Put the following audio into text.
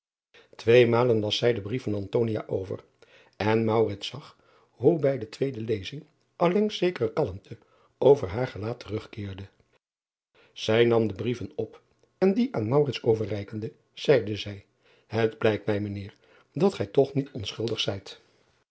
beefde weemalen las zij den brief van over en zag hoe bij de tweede lezing allengs zekere kalmte op haar gelaat terugkeerde ij nam de brieven op en die aan overreiken driaan oosjes zn et leven van aurits ijnslager de zeide zij et blijkt mij mijn eer dat gij toch niet onschuldig zijt